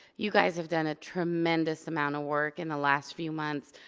you guys have done a tremendous amount of work in the last few months.